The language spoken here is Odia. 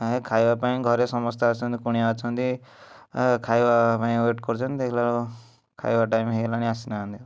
ହଁ ଖାଇବା ପାଇଁ ଘରେ ସମସ୍ତେ ଆସିଛନ୍ତି କୁଣିଆ ଅଛନ୍ତି ହଁ ଖାଇବା ପାଇଁ ୱେଟ କରିଛନ୍ତି ଦେଖିଲା ବେଳକୁ ଖାଇବା ଟାଇମ ହେଇଗଲାଣି ଆସିନାହାଁନ୍ତି